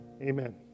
Amen